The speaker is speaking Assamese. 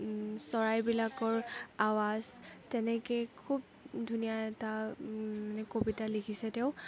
চৰাইবিলাকৰ আৱাজ তেনেকে খুব ধুনীয়া এটা মানে কবিতা লিখিছে তেওঁ